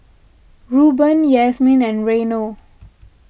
Rueben Yasmine and Reino